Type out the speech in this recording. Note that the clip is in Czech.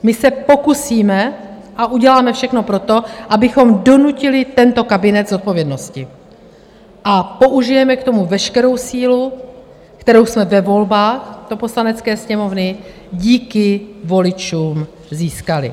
My se pokusíme a uděláme všechno pro to, abychom donutili tento kabinet k zodpovědnosti a použijeme k tomu veškerou sílu, kterou jsme ve volbách do Poslanecké sněmovny díky voličům získali.